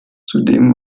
zudem